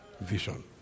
Vision